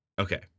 Okay